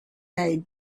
made